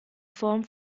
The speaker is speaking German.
form